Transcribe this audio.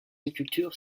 agriculture